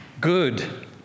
good